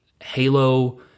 Halo